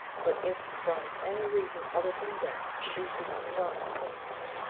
but if from any reason other than death, she is not seen there,